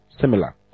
similar